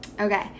Okay